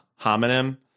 homonym